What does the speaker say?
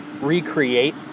recreate